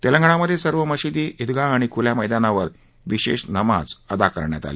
तेलंगणामधे सर्व मशिदी ईदगाह आणि खुल्या मैदानावर विशेष नमाज अदा करण्यात आली